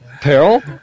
peril